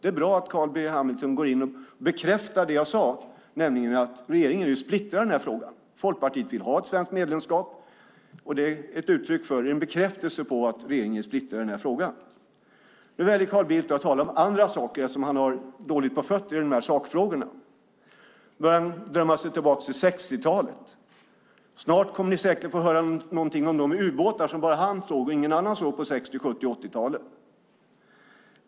Det är bra att Carl B Hamilton går in och bekräftar det jag sade, nämligen att regeringen är splittrad i frågan. Folkpartiet vill ha ett svenskt medlemskap. Det är en bekräftelse på att regeringen är splittrad i frågan. Nu väljer Carl Bildt att tala om andra saker, eftersom han har dåligt på fötterna i sakfrågorna. Nu börjar han drömma sig tillbaka till 60-talet. Snart kommer ni säkert att få höra något om de ubåtar som bara han såg och ingen annan såg på 60-, 70 och 80-talen.